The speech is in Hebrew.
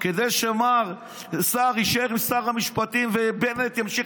כדי שמר סער יישאר שר המשפטים ובנט ימשיך